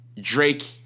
drake